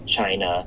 China